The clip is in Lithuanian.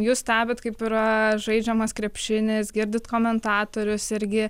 jūs stebit kaip yra žaidžiamas krepšinis girdit komentatorius irgi